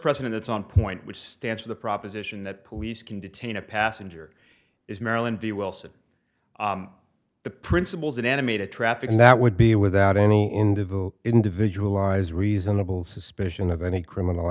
president it's on point which stands for the proposition that police can detain a passenger is maryland the wilson the principles that animated traffic that would be without any individual individualize reasonable suspicion of any criminal